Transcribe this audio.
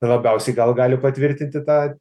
labiausiai gal gali patvirtinti tą